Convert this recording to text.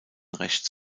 rechts